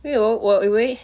因为我我以为